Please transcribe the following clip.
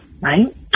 right